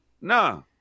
No